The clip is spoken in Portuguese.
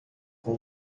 com